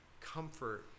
comfort